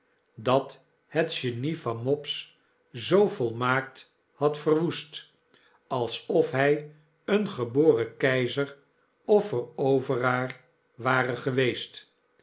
dat het genie van mopes zoo volmaakt had verwoest alsof hy een geboren keizer of veroveraar ware geweest